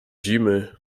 zimy